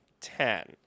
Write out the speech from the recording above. Ten